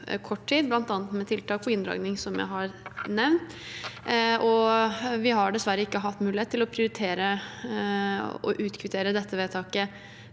bl.a. med tiltak for inndragning, som jeg har nevnt. Vi har dessverre ikke hatt mulighet til å prioritere å utkvittere dette vedtaket